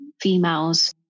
females